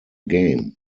game